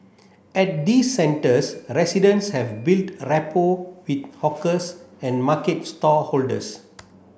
at these centres residents have built rapport with hawkers and market stallholders